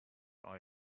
are